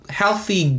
healthy